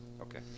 okay